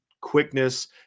Quickness